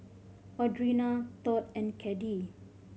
Audrina Todd and Caddie